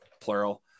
plural